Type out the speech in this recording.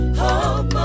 hope